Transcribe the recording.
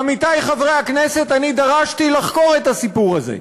עמיתי חברי הכנסת, אני דרשתי לחקור את הסיפור הזה.